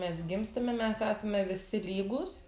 mes gimstame mes esame visi lygūs